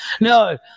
No